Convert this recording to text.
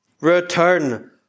return